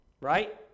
right